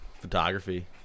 photography